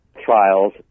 trials